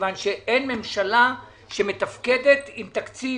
מכיוון שאין ממשלה שמתפקדת עם תקציב,